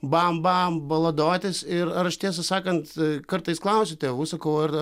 bam bam baladotis ir ar aš tiesą sakant kartais klausiu tėvų sakau ar ar